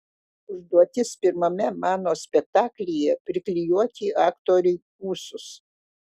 užduotis pirmame mano spektaklyje priklijuoti aktoriui ūsus